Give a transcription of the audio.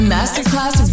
Masterclass